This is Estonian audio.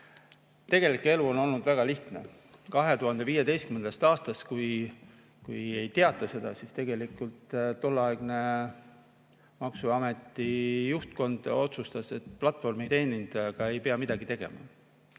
Tegelik elu on olnud väga lihtne. 2015. aastal – võib-olla seda ei teata – tolleaegne maksuameti juhtkond otsustas, et platvormi teenindajaga ei pea midagi tegema.